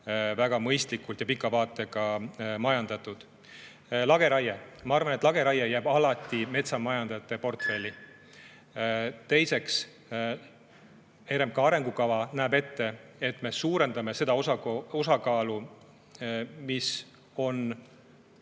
väga mõistlikult ja pika vaatega majandatud. Lageraie. Ma arvan, et lageraie jääb alati metsamajandajate portfelli. Teiseks, RMK arengukava näeb ette, et me suurendame selle osakaalu, mis on